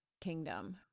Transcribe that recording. kingdom